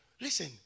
listen